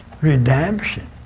redemption